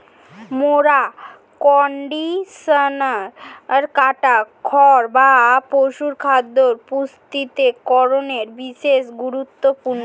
mower কন্ডিশনারে কাটা খড় বা পশুখাদ্য প্রস্তুতিকরনে বিশেষ গুরুত্বপূর্ণ